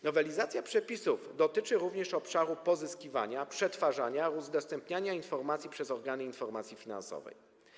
Nowelizacja przepisów dotyczy również obszaru pozyskiwania, przetwarzania oraz udostępniania informacji przez organy informacji finansowej.